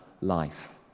life